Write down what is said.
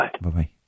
Bye-bye